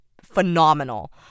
phenomenal